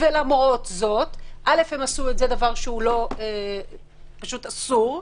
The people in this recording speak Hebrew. למרות זאת, הם עשו את זה, דבר שהוא פשוט אסור.